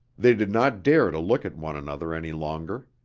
they did not dare to look at one another any longer.